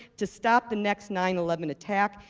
to stop the next nine eleven attack,